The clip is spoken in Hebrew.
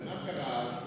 מה קרה אז?